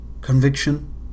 conviction